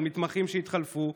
על מתמחים שהתחלפו,